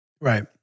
Right